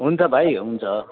हुन्छ भाइ हुन्छ